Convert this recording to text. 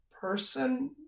person